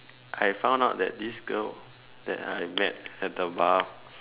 I have found out that this girl that I met at the bar